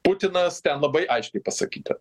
putinas ten labai aiškiai pasakyta